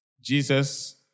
Jesus